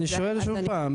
אני שואל עוד פעם,